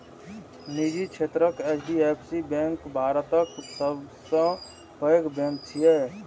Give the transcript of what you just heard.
निजी क्षेत्रक HDFC bank भारतक सबसं पैघ बैंक छियै